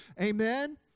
Amen